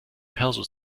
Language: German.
perso